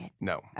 No